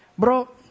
Bro